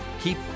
keep